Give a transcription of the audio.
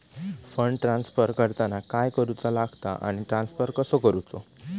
Fund transfer करताना काय करुचा लगता आनी ट्रान्स्फर कसो करूचो?